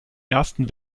ersten